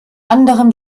anderen